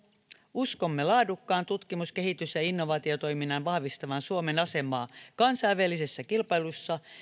uskomme laadukkaan tutkimus kehitys ja innovaatiotoiminnan vahvistavan suomen asemaa kansainvälisessä kilpailussa